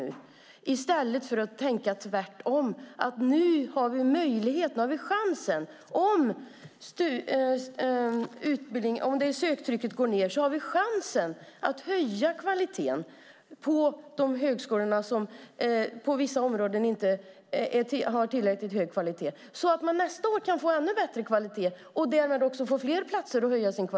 I stället borde vi tänka tvärtom, att om söktrycket går ned finns chansen att höja kvaliteten till nästa år på de högskolor som på vissa områden inte har tillräckligt hög kvalitet. På så sätt skapas fler platser.